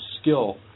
skill